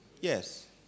Yes